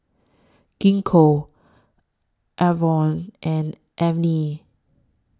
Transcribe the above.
Gingko Enervon and Avene